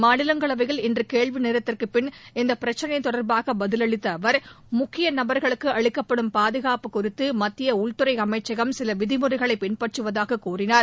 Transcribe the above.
மாநிலங்களவையில் இன்று கேள்வி நேரத்திற்குப் பின் இந்த பிரச்சினை தொடா்பாக பதிலளித்த அவா் முக்கிய நபர்களுக்கு அளிக்கப்படும் பாதுகாப்பு குறித்து மத்திய உள்துறை அமைச்சகம் சில விதிமுறைகளை பின்பற்றுவதாகக் கூறினார்